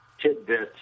tidbits